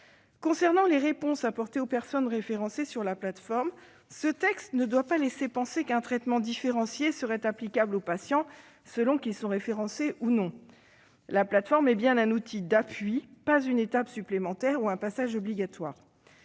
Concernant les réponses apportées aux personnes référencées sur la plateforme, ce texte ne doit pas laisser à penser qu'un traitement différencié serait applicable aux patients selon qu'ils sont référencés ou non. La plateforme est bien un outil d'appui, non une étape supplémentaire ou un passage obligé.